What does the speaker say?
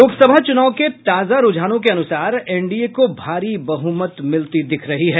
लोकसभा चुनाव के ताजा रूझानों के अनुसार एनडीए को भारी बहुमत मिलती दिख रही है